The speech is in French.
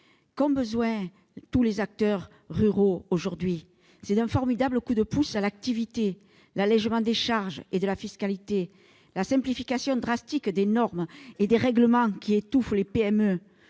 ont besoin tous les acteurs ruraux aujourd'hui ? D'un formidable coup de pouce à l'activité, de l'allégement des charges et de la fiscalité, de la simplification drastique des normes et des règlements qui étouffent les PME.